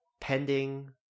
pending